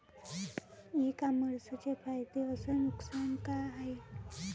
इ कामर्सचे फायदे अस नुकसान का हाये